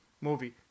movie